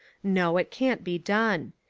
no, it can't be done.